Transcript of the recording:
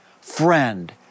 friend